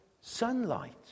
sunlight